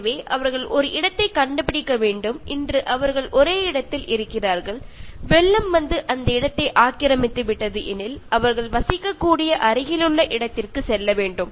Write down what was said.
எனவே அவர்கள் ஒரு இடத்தைக் கண்டுபிடிக்க வேண்டும் இன்று அவர்கள் ஒரே இடத்தில் இருக்கிறார்கள் வெள்ளம் வந்து அந்த இடத்தை ஆக்கிரமித்து விட்டது எனில் அவர்கள் வசிக்கக்கூடிய அருகிலுள்ள இடத்திற்கு செல்ல வேண்டும்